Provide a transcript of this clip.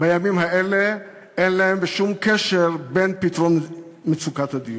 בימים האלה אין להן שום קשר לפתרון מצוקת הדיור.